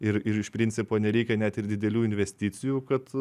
ir ir iš principo nereikia net ir didelių investicijų kad